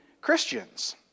Christians